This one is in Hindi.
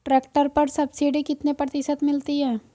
ट्रैक्टर पर सब्सिडी कितने प्रतिशत मिलती है?